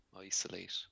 isolate